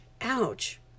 ouch